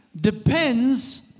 depends